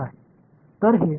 तर हे पूर्वगणन केले जाऊ शकते